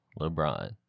LeBron